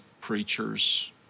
preachers